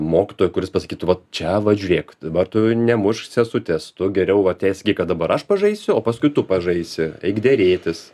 mokytojo kuris pasakytų vat čia va žiūrėk dabar tu nemušk sesutės tu geriau vat jai kad dabar aš pažaisiu o paskui tu pažaisi eik derėtis